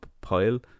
pile